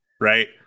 right